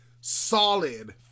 solid